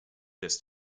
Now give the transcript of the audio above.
this